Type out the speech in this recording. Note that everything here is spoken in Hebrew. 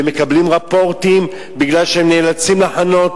ומקבלים רפורטים כי הם נאלצים לחנות